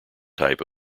type